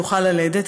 ללדת,